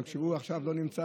אבל כשהוא עכשיו לא נמצא,